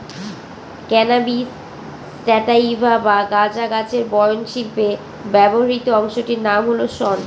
cannabis sativa বা গাঁজা গাছের বয়ন শিল্পে ব্যবহৃত অংশটির নাম হল শন